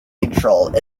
control